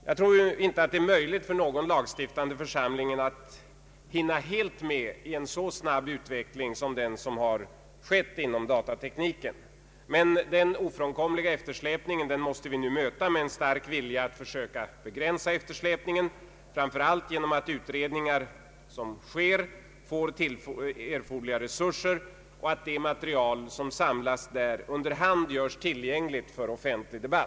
Det torde inte vara möjligt för någon lagstiftande församling att helt hinna med i en så snabb utveckling som den som ägt rum inom datatekniken. Men den ofrånkomliga eftersläpningen måste vi nu möta med en stark vilja att försöka begränsa den, framför allt genom att de utredningar som sker får erforderliga resurser och att det material, som där samlas, under hand göres tillgängligt för offentlig debatt.